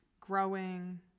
growing